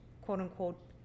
quote-unquote